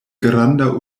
granda